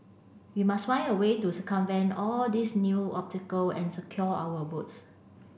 we must find a way to circumvent all these new obstacle and secure our votes